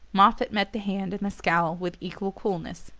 moffatt met the hand and the scowl with equal coolness.